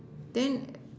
then